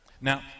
Now